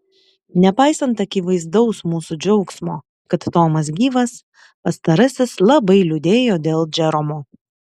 nepaisant akivaizdaus mūsų džiaugsmo kad tomas gyvas pastarasis labai liūdėjo dėl džeromo